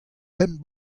pemp